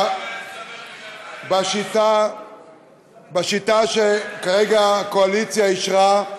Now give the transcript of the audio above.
בשיטה שכרגע הקואליציה אישרה,